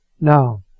Now